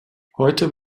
heute